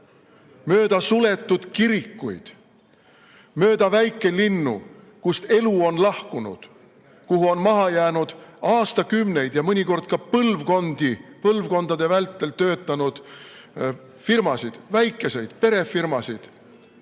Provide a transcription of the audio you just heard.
mööda suletud kirikuid, mööda väikelinnu, kust elu on lahkunud, kuhu on maha jäänud aastakümneid ja mõnikord ka põlvkondade vältel töötanud firmasid, väikeseid perefirmasid,